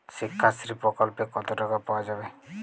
শিক্ষাশ্রী প্রকল্পে কতো টাকা পাওয়া যাবে?